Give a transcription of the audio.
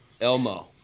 Elmo